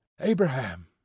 abraham